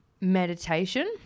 meditation